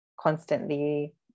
constantly